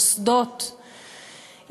מוסדות,